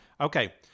Okay